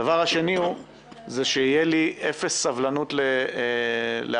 הדבר השני זה שיהיה לי אפס סבלנות להפרעות.